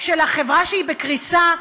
של חברה שהיא בקריסה,